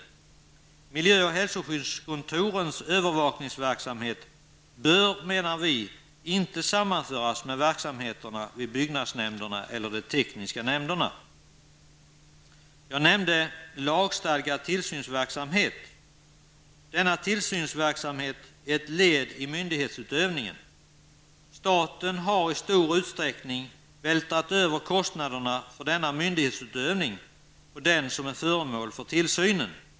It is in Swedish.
Vi menar att miljö och hälsoskyddskontorens övervakningsverksamhet inte bör sammanföras med verksamheterna vid byggnadsnämnderna eller de tekniska nämnderna. Jag nämnde lagstadgad tillsynsverksamhet. Denna tillsynsverksamhet är ett led i myndighetsutövningen. Staten har i stor utsträckning vältrat över kostnaderna för denna myndighetsutövning på den som är föremål för tillsynen.